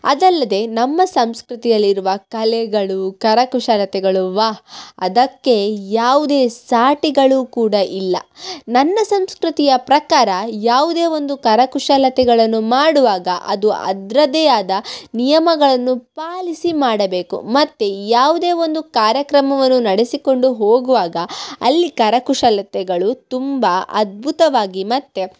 ಅದಲ್ಲದೆ ನಮ್ಮ ಸಂಸ್ಕೃತಿಯಲ್ಲಿರುವ ಕಲೆಗಳು ಕರ ಕುಶಲತೆಗಳು ವಾಹ್ ಅದಕ್ಕೆ ಯಾವುದೇ ಸಾಟಿಗಳು ಕೂಡ ಇಲ್ಲ ನನ್ನ ಸಂಸ್ಕೃತಿಯ ಪ್ರಕಾರ ಯಾವುದೇ ಒಂದು ಕರಕುಶಲತೆಗಳನ್ನು ಮಾಡುವಾಗ ಅದು ಅದರದೇ ಆದ ನಿಯಮಗಳನ್ನು ಪಾಲಿಸಿ ಮಾಡಬೇಕು ಮತ್ತು ಯಾವುದೇ ಒಂದು ಕಾರ್ಯಕ್ರಮವನ್ನು ನಡೆಸಿಕೊಂಡು ಹೋಗುವಾಗ ಅಲ್ಲಿ ಕರಕುಶಲತೆಗಳು ತುಂಬ ಅದ್ಭುತವಾಗಿ ಮತ್ತು